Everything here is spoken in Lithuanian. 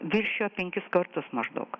viršijo penkis kartus maždaug